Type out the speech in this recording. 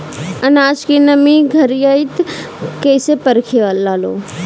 आनाज के नमी घरयीत कैसे परखे लालो?